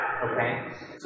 Okay